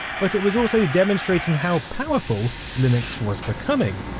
but it was also demonstrating how powerful linux was becoming.